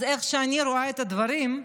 אז איך שאני רואה את הדברים,